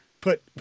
put